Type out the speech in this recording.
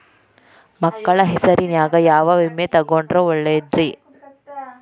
ಮಕ್ಕಳ ಹೆಸರಿನ್ಯಾಗ ಯಾವ ವಿಮೆ ತೊಗೊಂಡ್ರ ಒಳ್ಳೆದ್ರಿ?